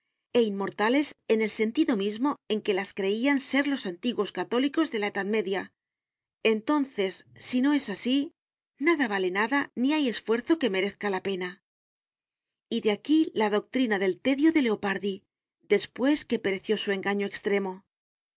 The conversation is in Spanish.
e inmortales en el sentido mismo en que las creían ser los ingenuos católicos de la edad media entonces si no es así nada vale nada ni hay esfuerzo que merezca la pena y de aquí la doctrina del tedio de leopardi después que pereció su engaño extremo